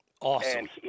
Awesome